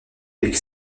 avec